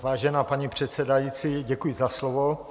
Vážená paní předsedající, děkuji za slovo.